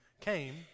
came